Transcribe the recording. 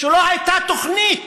שלא הייתה תוכנית